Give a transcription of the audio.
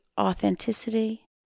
authenticity